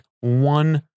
one